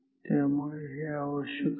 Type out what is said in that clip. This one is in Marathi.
त्यामुळे हे आवश्यक आहे